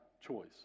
choice